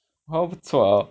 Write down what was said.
华文不错了